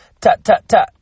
ta-ta-ta